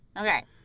Okay